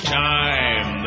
time